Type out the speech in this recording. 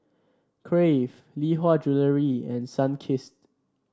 Crave Lee Hwa Jewellery and Sunkist